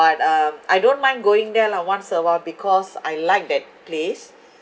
but um I don't mind going there lah once in a while because I like that place